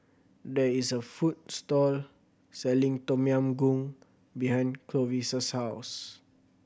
there is a food store selling Tom Yam Goong behind Clovis' house